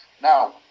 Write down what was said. Now